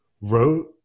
wrote